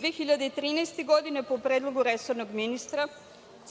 2013. po predlogu resornog ministra